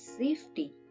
safety